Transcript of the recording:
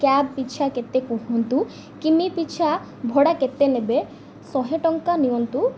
cab ପିଛା କେତେ କୁହନ୍ତୁ କିମି ପିଛା ଭଡ଼ା କେତେ ନେବେ ଶହେ ଟଙ୍କା ନିଅନ୍ତୁ